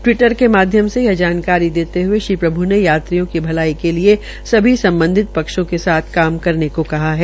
Twitter के माध्यम से यह जानकारी देते हये श्री प्रभ् ने यात्रियों की भलाई के लिये सभी सम्बधित पक्षों के साथ काम करने को कहा है